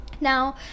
Now